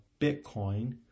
Bitcoin